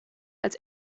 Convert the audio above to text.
als